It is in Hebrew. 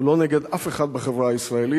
הוא לא נגד אף אחד בחברה הישראלית.